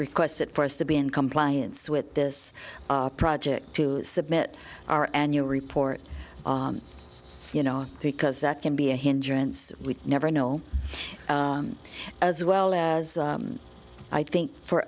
requested for us to be in compliance with this project to submit our annual report you know because that can be a hindrance we never know as well as i think for